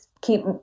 keep